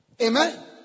Amen